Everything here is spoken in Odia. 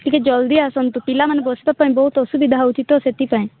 ଟିକେ ଜଲ୍ଦି ଆସନ୍ତୁ ପିଲାମାନେ ବସିବା ପାଇଁ ବହୁତ ଅସୁବିଧା ହେଉଛି ତ ସେଥିପାଇଁ